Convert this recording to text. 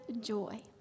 joy